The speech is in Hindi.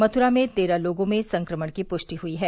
मथुरा में भी तेरह लोगों में संक्रमण की पुष्टि हुई है